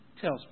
tells